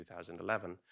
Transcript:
2011